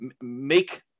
make